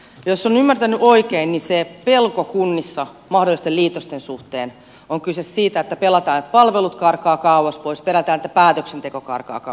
jos olen ymmärtänyt oikein niin kunnissa pelätään mahdollisten liitosten suhteen että palvelut karkaavat kauas pois pelätään että päätöksenteko karkaa kauas pois